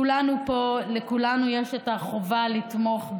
לכולנו פה יש את החובה לתמוך,